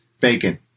bacon